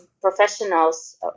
professionals